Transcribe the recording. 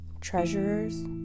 treasurers